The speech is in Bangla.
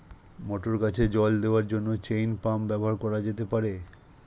মটর গাছে জল দেওয়ার জন্য চেইন পাম্প ব্যবহার করা যেতে পার?